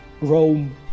Rome